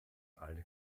alle